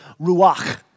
Ruach